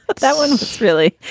but that one. really?